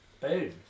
Boom